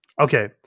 Okay